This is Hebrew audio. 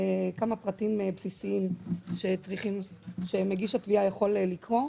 כמה פרטים בסיסיים שמגיש התביעה יכול לקרוא.